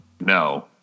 No